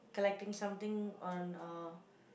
collecting something on uh